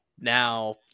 Now